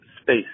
space